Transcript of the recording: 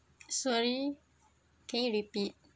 sorry can you repeat